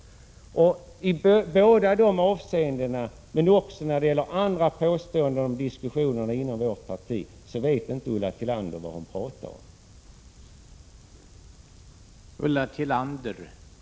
I båda de avseendena men också när det gäller andra påståenden om diskussionen inom vårt parti vet inte Ulla Tillander vad hon pratar om.